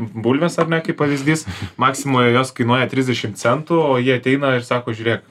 bulves ar ne kaip pavyzdys maksimoje jos kainuoja trisdešim centų o jie ateina ir sako žiūrėk